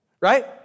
right